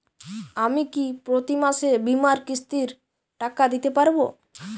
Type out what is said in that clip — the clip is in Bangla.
আমি কি প্রতি মাসে বীমার কিস্তির টাকা দিতে পারবো?